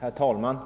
Herr talman!